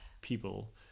people